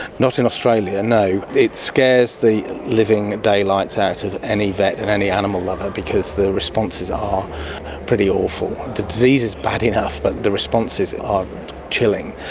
not in australia, no. it scares the living daylights out of any vet and any animal lover because the responses are pretty awful. the disease is bad enough but the responses are chilling.